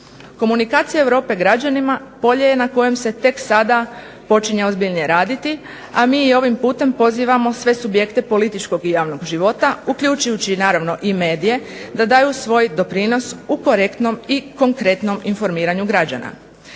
Komunikacija Europe građanima polje je na kojem se tek sada počinje ozbiljnije raditi, a mi i ovim putem pozivamo sve subjekte političkog i javnog života, uključujući naravno i medije, da daju svoj doprinos u korektnom i konkretnom informiranju građana.